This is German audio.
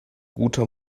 guter